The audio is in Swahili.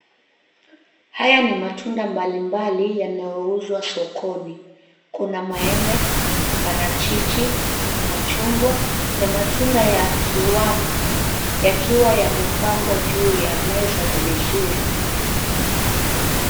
Haya ni matunda mbalimbali yanayouzwa sokono, kuna maembe, parachichi, machungwa na matunda ya kiwavi yakiwa yamepangwa juu ya meza vizuri.